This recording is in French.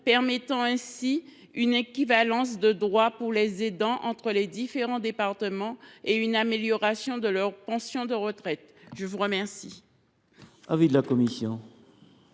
permettant ainsi une équivalence de droit pour les aidants entre les différents départements et une amélioration de leur pension de retraite. Quel